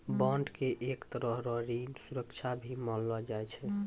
bond के एक तरह रो ऋण सुरक्षा भी मानलो जाय छै